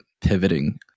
pivoting